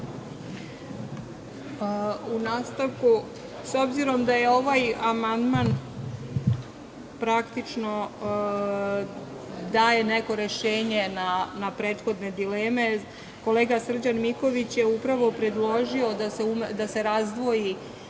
Vlahović** S obzirom da ovaj amandman praktično daje neko rešenje na prethodne dileme, kolega Srđan Miković je upravo predložio da se razdvoji